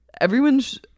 everyone's